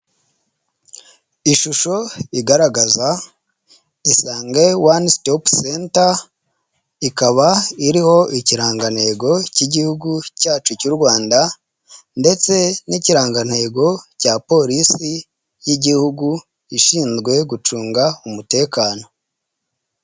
Ishusho igaragaza isange wani sitope senta, ikaba iriho ikirangantego cy'igihugu cyacu cy'u Rwanda ndetse n'ikirangantego cya polisi y'igihugu ishinzwe gucunga umutekano.